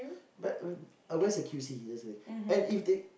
but where where's the Q_C that's the thing and if they